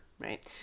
Right